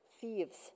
thieves